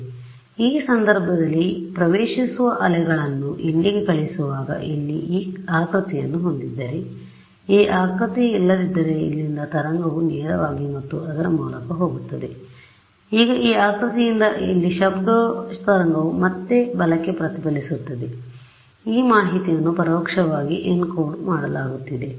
ಆದ್ದರಿಂದ ಈ ಸಂದರ್ಭದಲ್ಲಿ ಈ ಪ್ರವೇಶಿಸುವ ಅಲೆಗಳನ್ನು ಇಲ್ಲಿಗೆ ಕಳುಹಿಸುವಾಗ ಇಲ್ಲಿ ಈ ಆಕೃತಿಯನ್ನು ಹೊಂದಿದ್ದರೆ ಈ ಆಕೃತಿಯಿಲ್ಲದಿದ್ದರೆ ಇಲ್ಲಿಂದ ತರಂಗ ನೇರವಾಗಿ ಮತ್ತು ಅದರ ಮೂಲಕ ಹೋಗುತ್ತದೆ ಆದರೆ ಈಗ ಈ ಆಕೃತಿಯಿಂದಾಗಿ ಇಲ್ಲಿ ಶಬ್ದ ತರಂಗವು ಮತ್ತೆ ಬಲಕ್ಕೆ ಪ್ರತಿಫಲಿಸುತ್ತದೆ ಆದ್ದರಿಂದ ಈ ಮಾಹಿತಿಯನ್ನು ಪರೋಕ್ಷವಾಗಿ ಎನ್ಕೋಡ್ ಮಾಡಲಾಗುತ್ತಿದೆ